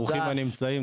ברוכים נמצאים.